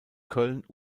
köln